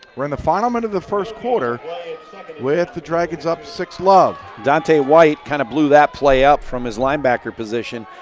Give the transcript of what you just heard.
are in the final minute of the first quarter with the dragons up six love. donntay white kinda blew that play up from his linebacker position.